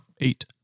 Eight